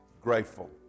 grateful